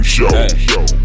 Show